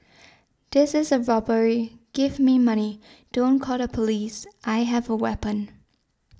this is a robbery give me money don't call the police I have a weapon